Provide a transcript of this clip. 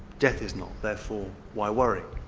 death is not, therefore why worry?